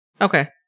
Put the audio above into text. Okay